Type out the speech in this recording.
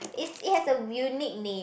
is it has a unique name